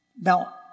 Now